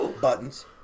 Buttons